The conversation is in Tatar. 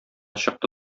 чыкты